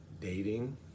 dating